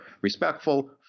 respectful